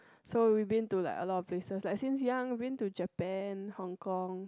so we been to like a lot of places like since young been to Japan Hong Kong